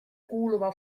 kuuluva